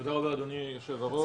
תודה, היושב ראש.